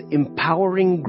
empowering